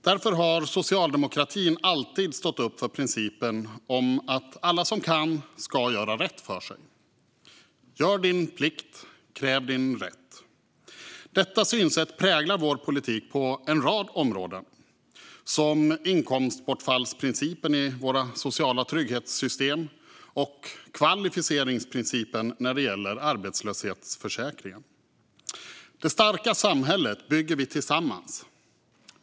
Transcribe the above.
Därför har socialdemokratin alltid stått upp för principen om att alla som kan ska göra rätt för sig: Gör din plikt, kräv din rätt. Detta synsätt präglar vår politik på en rad områden, till exempel inkomstbortfallsprincipen i våra sociala trygghetssystem och kvalificeringsprincipen när det gäller arbetslöshetsförsäkringen. Det starka samhället bygger vi tillsammans.